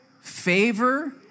favor